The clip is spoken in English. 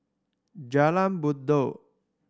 Jalan Buroh